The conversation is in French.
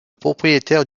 propriétaire